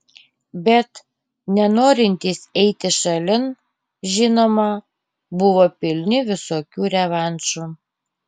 bet nenorintys eiti šalin žinoma buvo pilni visokių revanšų